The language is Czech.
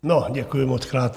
No děkuji mockrát.